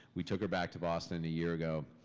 we took her back to boston a year ago,